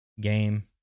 game